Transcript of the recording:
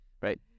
right